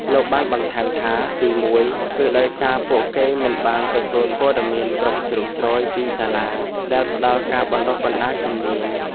លោកបានបន្ថែមថា ទីមួយ គឺដោយសារពួកគេមិនបានទទួលព័ត៌មានគ្រប់ជ្រុងជ្រោយពីសាលាដែលផ្តល់ការបណ្តុះបណ្តាលជំនាញ។